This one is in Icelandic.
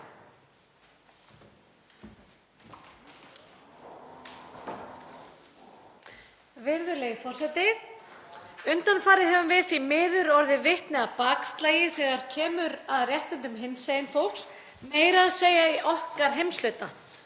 Virðulegi forseti. Undanfarið höfum við því miður orðið vitni að bakslagi þegar kemur að réttindum hinsegin fólks, meira að segja í okkar heimshluta.